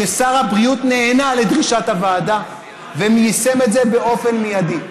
שר הבריאות נענה לדרישת הוועדה ויישם את זה באופן מיידי.